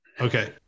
Okay